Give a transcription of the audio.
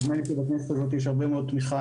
נדמה לי שבכנסת הזאת יש הרבה מאוד תמיכה